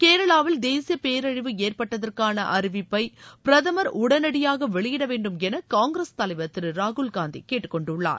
கேரளாவில் தேசிய பேரழிவு ஏற்பட்டதற்கான அறிவிப்பை பிரதமர் உடனடியாக வெளியிடவேண்டும் என காங்கிரஸ் தலைவர் திரு ராகுல்காந்தி கேட்டுக்கொண்டுள்ளார்